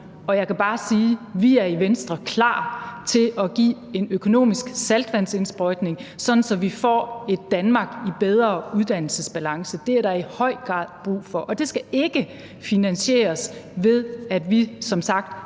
og jeg kan bare sige, at vi i Venstre er klar til at give en økonomisk saltvandsindsprøjtning, sådan at vi får et Danmark i bedre uddannelsesbalance. Det er der i høj grad brug for, og det skal ikke finansieres ved, at vi som sagt